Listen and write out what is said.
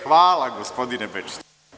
Hvala gospodine Bečiću.